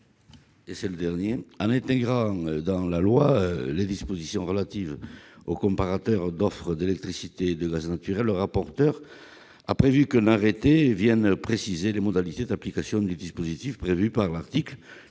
n° 484 rectifié . En introduisant dans la loi les dispositions relatives au comparateur d'offres d'électricité et de gaz naturel, M. le rapporteur a prévu qu'un arrêté vienne préciser les modalités d'application du dispositif prévu par l'article,